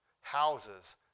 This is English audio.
Houses